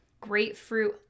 grapefruit